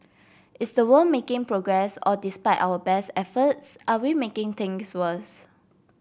is the world making progress or despite our best efforts are we making things worse